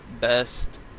best